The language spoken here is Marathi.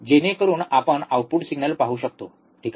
जेणेकरून आपण आउटपुट सिग्नल पाहू शकतो ठीक आहे